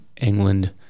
England